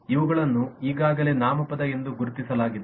ಇವುಗಳನ್ನು ಈಗಾಗಲೇ ನಾಮಪದ ಎಂದು ಗುರುತಿಸಲಾಗಿದೆ